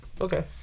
Okay